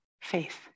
Faith